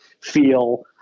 feel